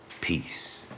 Peace